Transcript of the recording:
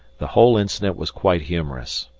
the whole incident was quite humorous,